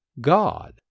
God